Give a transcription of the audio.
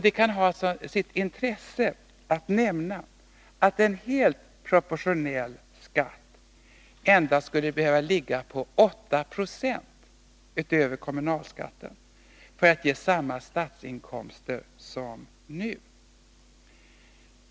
Det kan ha sitt intresse att nämna att en helt proportionell skatt endast skulle behöva ligga på 8 70 utöver kommunalskatten för att ge samma statsinkomster som nu.